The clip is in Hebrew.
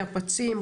נפצים,